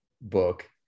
book